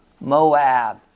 Moab